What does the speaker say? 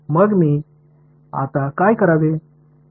मग मी आता काय करावे